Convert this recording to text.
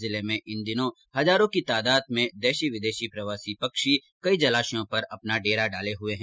जिले में इन दिनों हजारों की तादाद में देशी विदेशी प्रवासी पक्षी कई जलाशयों पर अपना डेरा डाले हए है